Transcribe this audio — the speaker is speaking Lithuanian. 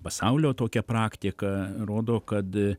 pasaulio tokia praktika rodo kad